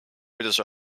kuidas